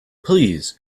please